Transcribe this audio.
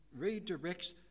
redirects